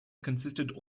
consisted